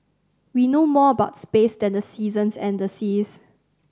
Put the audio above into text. we know more about space than the seasons and the seas